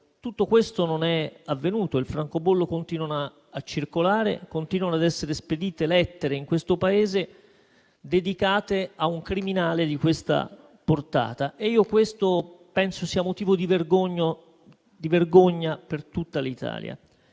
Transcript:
tutto questo non è avvenuto: i francobolli continuano a circolare, continuano ad essere spedite lettere in questo Paese con affrancature dedicate a un criminale di siffatta portata. Penso che questo sia motivo di vergogna per tutta l'Italia.